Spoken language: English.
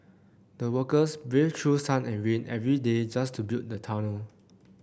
the workers braved through sun and rain every day just to build the tunnel